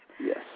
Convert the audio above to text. Yes